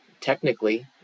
technically